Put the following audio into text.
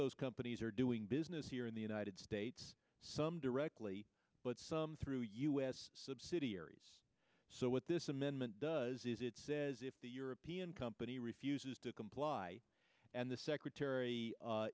those companies are doing business here in the united states some directly but some through us subsidiaries so what this amendment does is it says if the european company refuses to comply and the secretary